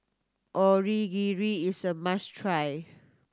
onigiri is a must try